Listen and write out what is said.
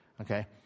Okay